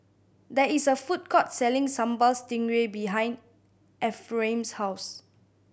there is a food court selling Sambal Stingray behind Ephraim's house